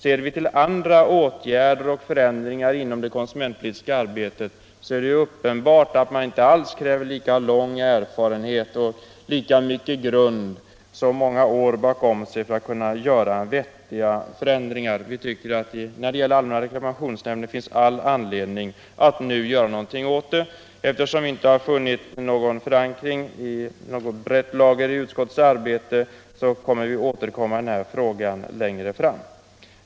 Ser vi på andra åtgärder och förändringar inom det konsumentpolitiska arbetet, är det uppenbart att man inte alls kräver lika lång erfarenhet och lika många år bakom sig för att göra vettiga förändringar. Det finns all anledning att nu göra någonting åt allmänna reklamationsnämnden. Men eftersom vi moderater inte har funnit någon förankring i utskottet för vårt krav ämnar vi återkomma i denna fråga längre fram.